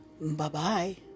Bye-bye